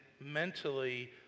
mentally